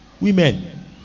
Women